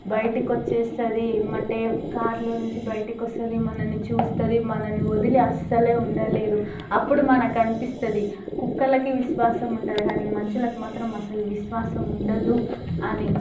బయటికి వచ్చేస్తుంది ఎమ్మటే కార్లో నుంచి బయటికొస్తుంది మనని చూస్తుంది మనని వదిలి అస్సలే ఉండలేదు అప్పుడు మనకు అనిపిస్తుంది కుక్కలకి విశ్వాసం ఉంటుంది కానీ మనుషులకి మాత్రం అస్సలు విశ్వాసం ఉండదు అని